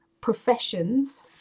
professions